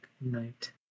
night